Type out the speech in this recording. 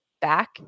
Back